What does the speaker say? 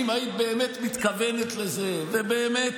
אם היית באמת מתכוונת לזה ובאמת,